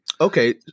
Okay